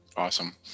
Awesome